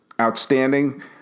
outstanding